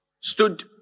stood